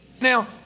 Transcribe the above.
Now